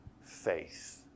faith